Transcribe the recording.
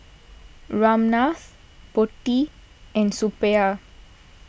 Ramnath Potti and Suppiah